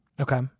Okay